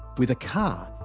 with a car,